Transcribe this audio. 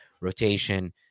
rotation